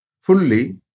fully